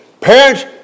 Parents